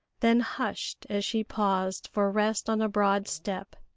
then hushed as she paused for rest on a broad step.